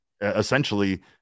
essentially